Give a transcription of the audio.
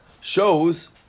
shows